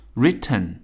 written